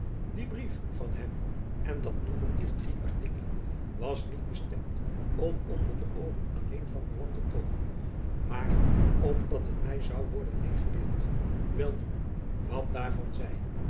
die brief van hem en dat noemen dier drie artikelen was niet bestemd om onder de oogen alleen van buat te komen maar opdat het my zoû worden meêgedeeld welnu wat daarvan zij